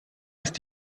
ist